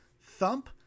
thump